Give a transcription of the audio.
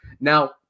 now